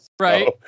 Right